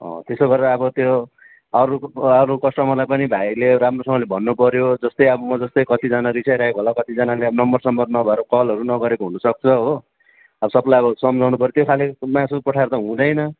अँ त्यसो गरेर अब अरू अरू कस्टमरलाई पनि भाइले राम्रोसँगले भन्नुपर्यो जस्तै अब म जस्तै कतिजना रिसाइ रहेको होला कतिजनाले नम्बरसम्बर नभएर कलहरू नगरेको हुनुसक्छ हो अब सबलाई सम्झाउनु पर्छ त्यो खाले मासु पठाएर त हुँदैन